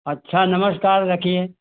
अच्छा नमस्कार रखिए